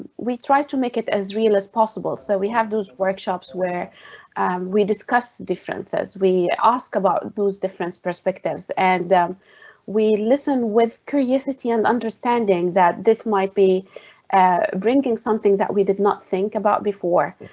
we try to make it as real as possible, so we have those workshops where we discuss differences. we ask about those different perspectives and we listen with curiosity and understanding that this might be bringing something that we did not think about before,